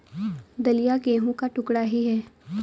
दलिया गेहूं का टुकड़ा ही है